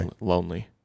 Lonely